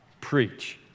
preach